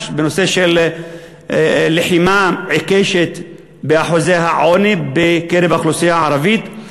בנושא של לחימה עיקשת באחוזי העוני בקרב האוכלוסייה הערבית,